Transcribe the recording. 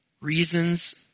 reasons